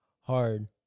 hard